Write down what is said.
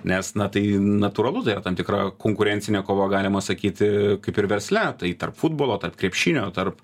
nes na tai natūralu tai yra tam tikra konkurencinė kova galima sakyti kaip ir versle tai tarp futbolo tarp krepšinio tarp